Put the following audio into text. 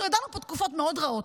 אנחנו ידענו פה תקופות מאוד רעות,